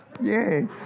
Yay